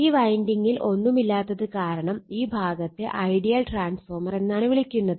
ഈ വൈൻഡിങ്ങിൽ ഒന്നുമില്ലാത്തത് കാരണം ഈ ഭാഗത്തെ ഐഡിയൽ ട്രാൻസ്ഫോർമർ എന്നാണ് വിളിക്കുന്നത്